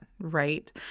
right